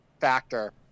factor